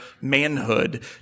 manhood